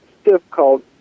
difficult